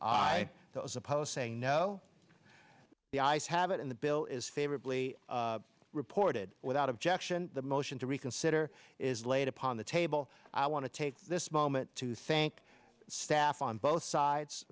i suppose saying no the ayes have it in the bill is favorably reported without objection the motion to reconsider is laid upon the table i want to take this moment to thank staff on both sides